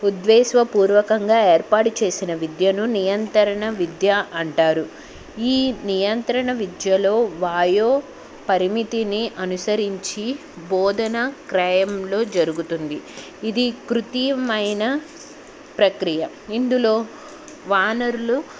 ఉద్దేశపూర్వకంగా ఏర్పాటు చేసిన విద్యను నియంత్రణ విద్య అంటారు ఈ నియంత్రణ విద్యలో వయో పరిమితిని అనుసరించి బోధన క్రమంలో జరుగుతుంది ఇది కృత్రిమ ప్రక్రియ ఇందులో వనరులు